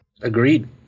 agreed